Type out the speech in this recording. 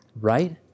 Right